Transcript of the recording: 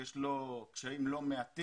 אבל יש לו קשיים לא מעטים.